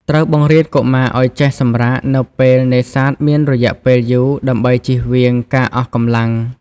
ត្រូវបង្រៀនកុមារឱ្យចេះ សម្រាក នៅពេលនេសាទមានរយៈពេលយូរដើម្បីជៀសវាងការអស់កម្លាំង។